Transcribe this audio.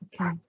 Okay